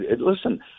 Listen